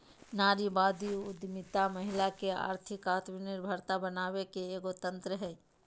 नारीवादी उद्यमितामहिला के आर्थिक आत्मनिर्भरता बनाबे के एगो तंत्र हइ